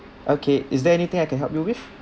okay is there anything I can help you with